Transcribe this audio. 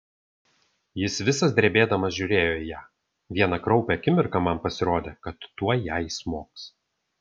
jis visas drebėdamas žiūrėjo į ją vieną kraupią akimirką man pasirodė kad tuoj jai smogs